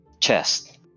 chest